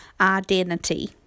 identity